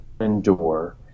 endure